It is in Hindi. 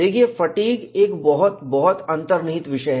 देखिए फटीग एक बहुत बहुत अंतर्निहित विषय है